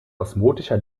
osmotischer